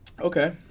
Okay